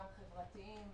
גם חברתיים,